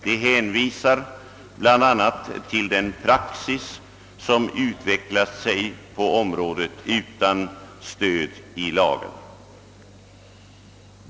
De hänvisar bl.a. till den praxis som utvecklat sig på området utan stöd i lagen.